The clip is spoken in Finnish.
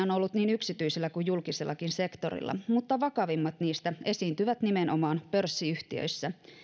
on ollut niin yksityisellä kuin julkisellakin sektorilla mutta vakavimmat niistä esiintyvät nimenomaan pörssiyhtiöissä